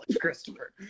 Christopher